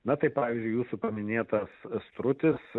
na tai pavyzdžiui jūsų paminėtas strutis